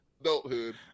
adulthood